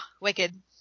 wicked